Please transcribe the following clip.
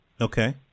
Okay